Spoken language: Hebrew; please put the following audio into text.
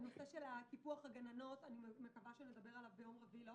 נושא קיפוח הגננות אני מקווה שנדבר עליו ביום רביעי.